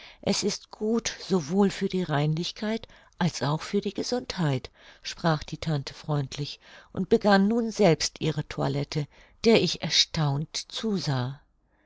es ist gut sowohl für die reinlichkeit als für die gesundheit sprach die tante freundlich und begann nun selbst ihre toilette der ich erstaunt zusah